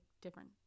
different